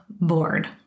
bored